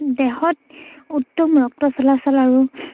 দেহত উত্তম ৰক্ত চলাচল আৰু